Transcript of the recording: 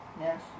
Yes